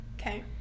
Okay